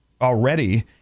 already